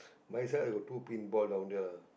my side I got two paintball down there lag